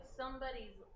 somebody's